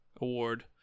award